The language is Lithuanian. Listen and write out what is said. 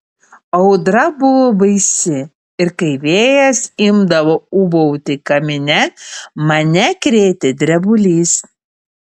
audra buvo baisi ir kai vėjas imdavo ūbauti kamine mane krėtė drebulys